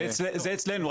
זה אצלנו,